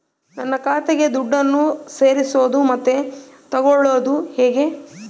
ನನ್ನ ಖಾತೆಗೆ ದುಡ್ಡನ್ನು ಸೇರಿಸೋದು ಮತ್ತೆ ತಗೊಳ್ಳೋದು ಹೇಗೆ?